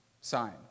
sign